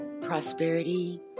prosperity